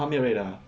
oh 她没有 rate 的 ah